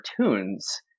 Cartoons